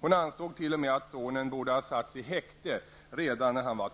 Hon ansåg t.o.m. att sonen borde ha satts i häkte redan när han var